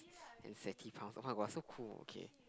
and sweaty palms oh-my-god so cool okay